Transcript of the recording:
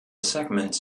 segments